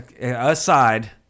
aside